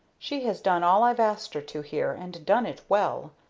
she has done all i've asked her to here, and done it well.